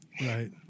right